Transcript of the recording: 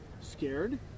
scared